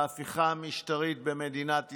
ההפיכה המשטרית במדינת ישראל.